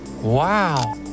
Wow